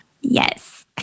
Yes